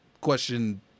Question